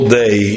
day